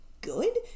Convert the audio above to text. good